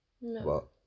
No